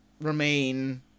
remain